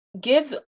give